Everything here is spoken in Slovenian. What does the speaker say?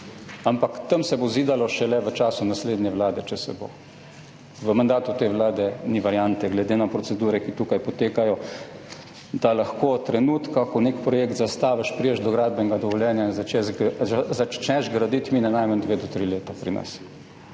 Ampak tam se bo zidalo šele v času naslednje vlade, če se bo. V mandatu te vlade ni variante, glede na procedure, ki tukaj potekajo. Da lahko od trenutka, ko nek projekt zastaviš, prideš do gradbenega dovoljenja in začneš graditi, pri nas mine najmanj dve do tri leta.